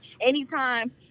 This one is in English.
anytime